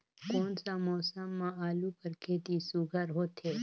कोन सा मौसम म आलू कर खेती सुघ्घर होथे?